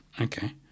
Okay